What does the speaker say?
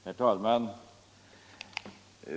Herr talman!